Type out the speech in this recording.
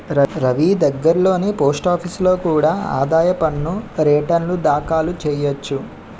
రవీ దగ్గర్లోని పోస్టాఫీసులో కూడా ఆదాయ పన్ను రేటర్న్లు దాఖలు చెయ్యొచ్చు